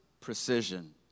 precision